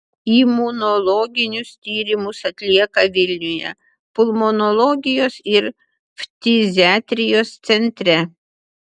imunologinius tyrimus atlieka vilniuje pulmonologijos ir ftiziatrijos centre